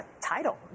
title